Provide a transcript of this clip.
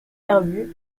herbues